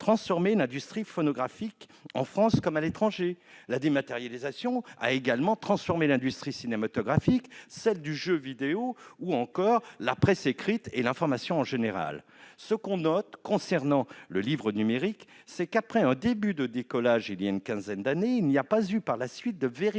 transformé l'industrie phonographique, en France comme à l'étranger. La dématérialisation a également transformé l'industrie cinématographique, celle du jeu vidéo ou encore la presse écrite et l'information en général. Ce que l'on note, concernant le livre numérique, c'est que, après un début de décollage, il y a une quinzaine d'années, il n'y a pas eu par la suite de véritable